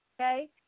Okay